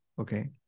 Okay